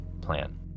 plan